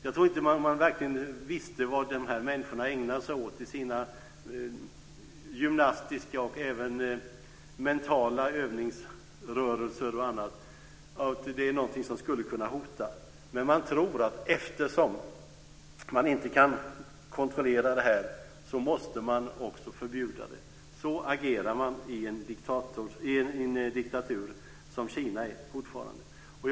Jag tror inte att man visste vad de här människorna ägnade sig åt med sina gymnastiska och även mentala övningsrörelser och annat och om det var något som skulle kunna hota. Men man tror att eftersom man inte kan kontrollera det här måste man också förbjuda det. Så agerar man i en diktatur, vilket Kina fortfarande är.